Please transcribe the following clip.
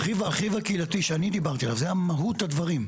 הרכיב הקהילתי שאני דיברתי עליו, זה מהות הדברים.